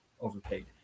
overpaid